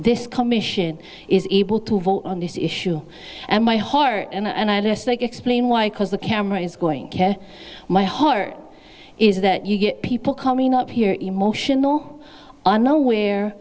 this commission is able to vote on this issue and my heart and i rest like explain why cause the camera is going my heart is that you get people coming up here emotional